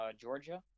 Georgia